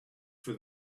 for